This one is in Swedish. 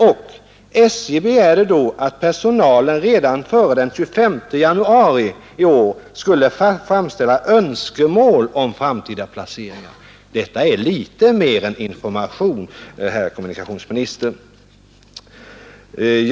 SJ begärde då att personalen redan före den 25 januari i år skulle framställa önskemål om framtida placeringar.” Detta är litet mer än information, herr kommunikationsminister!